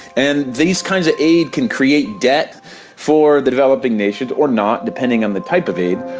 and these kinds of aid can create debt for the developing nations, or not, depending on the type of aid.